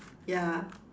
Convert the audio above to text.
ya